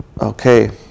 Okay